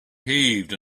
heaved